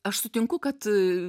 aš sutinku kad